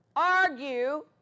argue